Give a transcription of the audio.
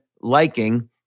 liking